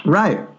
right